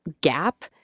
gap